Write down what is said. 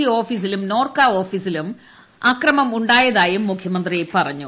C ഓഫീസിലും നോർക്ക ഓഫീസിലും അക്രമം ഉണ്ടായതായും മുഖ്യമന്ത്രി പറഞ്ഞു